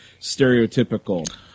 stereotypical